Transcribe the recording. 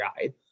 guide